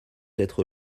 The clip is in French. être